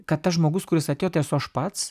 kad tas žmogus kuris atėjo tai esu aš pats